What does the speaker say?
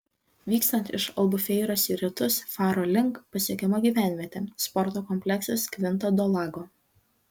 vykstant iš albufeiros į rytus faro link pasiekiama gyvenvietė sporto kompleksas kvinta do lago